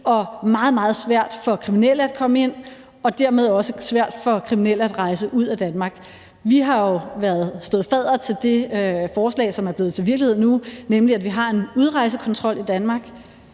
meget svært for kriminelle at komme ind og dermed også svært for kriminelle at rejse ud af Danmark. Vi har jo stået fadder til det forslag, som er blevet til virkelighed nu, nemlig at vi har en udrejsekontrol i Danmark.